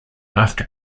after